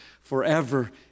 forever